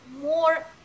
more